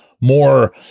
more